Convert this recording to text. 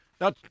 Now